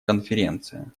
конференция